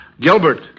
Gilbert